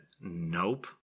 Nope